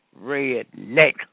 redneck